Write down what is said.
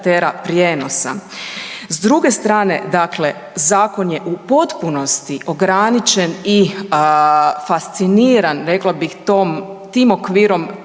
prijenosa. S druge strane dakle zakon je u potpunosti ograničen i fasciniran rekla bih tom, tim okvirom